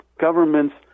government's